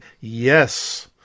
yes